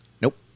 Nope